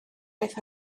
beth